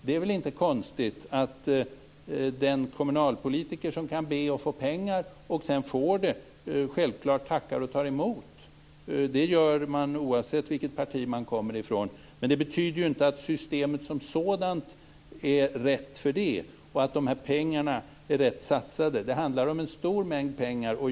Det är väl inte konstigt att den kommunalpolitiker som kan be att få pengar och sedan får det tackar och tar emot. Det gör man oavsett vilket parti man kommer ifrån. Men det betyder inte att systemet som sådant är rätt för det och att pengarna är rätt satsade. Det handlar om en stor mängd pengar.